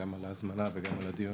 גם על ההזמנה וגם על הדיון,